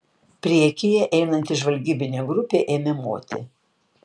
priekyje einanti žvalgybinė grupė ėmė moti